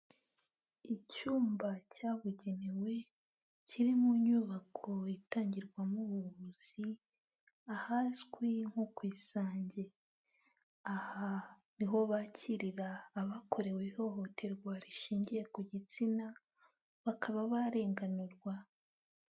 Icyumba cyabugenewe kiri mu nyubako itangirwamo ubuvuzi, ahazwi nko ku Isange. Aha niho bakirira abakorewe ihohoterwa rishingiye ku gitsina, bakaba barenganurwa.